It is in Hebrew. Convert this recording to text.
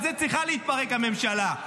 על זה צריכה להתפרק הממשלה,